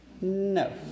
No